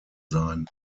sein